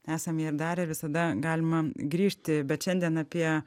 esame ir darę ir visada galima grįžti bet šiandien apie